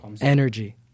Energy